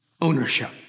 Ownership